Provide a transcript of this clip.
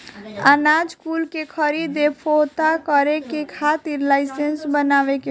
अनाज कुल के खरीद फोक्त करे के खातिर लाइसेंस बनवावे के पड़ी